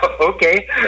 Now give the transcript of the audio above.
okay